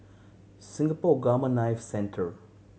Singapore Gamma Knife Centre